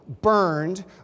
burned